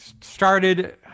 started